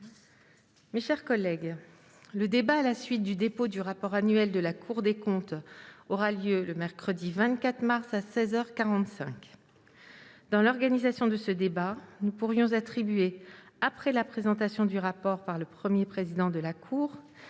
de 2004 à 2011. Le débat à la suite du dépôt du rapport annuel de la Cour des comptes aura lieu le mercredi 24 mars 2021, à seize heures quarante-cinq. Dans l'organisation de ce débat, nous pourrions attribuer, après la présentation du rapport par le Premier président de la Cour